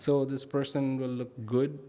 so this person will look good